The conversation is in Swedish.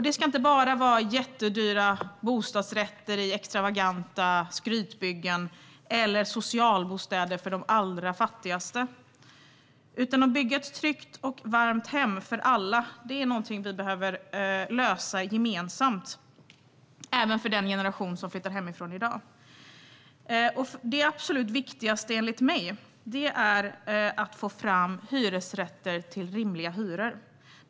Det ska inte bara vara jättedyra bostadsrätter i extravaganta skrytbyggen eller socialbostäder för de allra fattigaste, utan vi måste alla gemensamt se till att det byggs trygga och varma hem för alla, även för den generation som flyttar hemifrån i dag. Det absolut viktigaste, enligt mig, är att få fram hyresrätter med rimliga hyror.